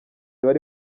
bari